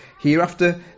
hereafter